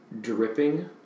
dripping